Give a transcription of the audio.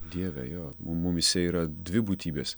dieve jo mu mumyse yra dvi būtybės